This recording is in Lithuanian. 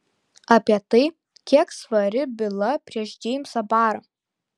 apie tai kiek svari byla prieš džeimsą barą